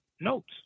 notes